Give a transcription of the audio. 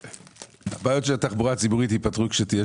הבעיות של התחבורה הציבורית ייפתרו כשתהיה